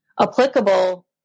applicable